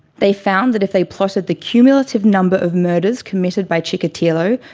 they found that if they plotted the cumulative number of murders committed by chikatilo,